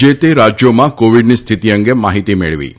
જે તે રાજ્યોમાં કોવીડની સ્થિતિ અંગે માહિતી મેળવી છે